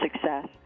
success